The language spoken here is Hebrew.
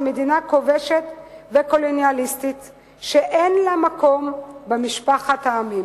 מדינה כובשת וקולוניאליסטית שאין לה מקום במשפחת העמים.